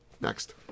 Next